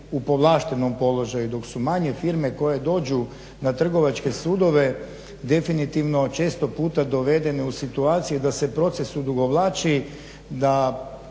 u povlaštenom položaju dok su manje firme koje dođu na trgovačke sudove definitivno često puta dovedene u situacije da se proces odugovlači, da